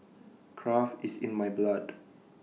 craft is in my blood